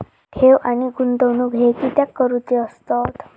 ठेव आणि गुंतवणूक हे कित्याक करुचे असतत?